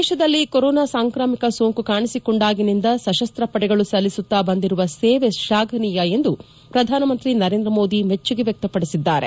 ದೇಶದಲ್ಲಿ ಕೊರೊನಾ ಸಾಂಕ್ರಾಮಿಕ ಸೋಂಕು ಕಾಣಿಸಿಕೊಂಡಾಗಿನಿಂದ ಸಶಸ್ವ ಪಡೆಗಳು ಸಲ್ಲಿಸುತ್ತಾ ಬಂದಿರುವ ಸೇವೆ ಶ್ವಾಘನೀಯ ಎಂದು ಪ್ರಧಾನಮಂತ್ರಿ ನರೇಂದ್ರ ಮೋದಿ ಮೆಚ್ಚುಗೆ ವ್ಯಕ್ತಪಡಿಸಿದ್ದಾರೆ